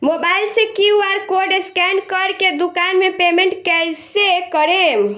Mobile से QR code scan कर के दुकान मे पेमेंट कईसे करेम?